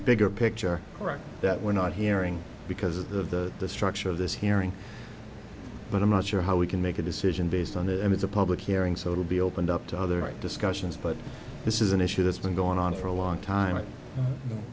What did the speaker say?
bigger picture that we're not hearing because of the the structure of this hearing but i'm not sure how we can make a decision based on that and it's a public hearing so it'll be opened up to other discussions but this is an issue that's been going on for a long time